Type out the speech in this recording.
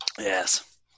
Yes